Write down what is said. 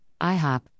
IHOP